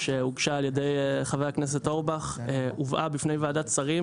שהוגשה על ידי חבר הכנסת אורבך הובאה בפני ועדת השרים